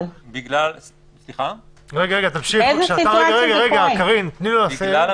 רק בגלל שאנחנו נמצאים